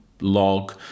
log